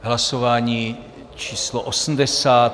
Hlasování číslo 80.